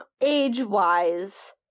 age-wise